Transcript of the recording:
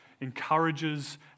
encourages